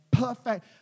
Perfect